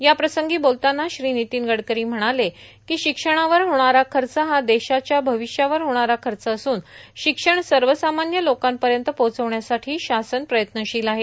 याप्रसंगी बोलताना श्री नितीन गडकरी म्हणाले की शिक्षणावर होणारा खर्च हा देशाच्या भविष्यावर होणारा खर्च असून शिक्षण सर्वसामान्य लोकांपर्यंत पोहोचवण्यासाठी शासन प्रयत्नशील आहे